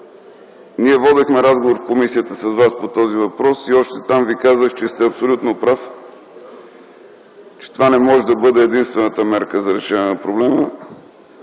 Ние водихме разговор в комисията с Вас по този въпрос и още там Ви казах, че сте абсолютно прав, че това не може да бъде единствената мярка за решаване на проблема.